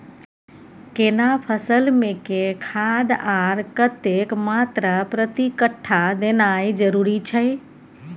केना फसल मे के खाद आर कतेक मात्रा प्रति कट्ठा देनाय जरूरी छै?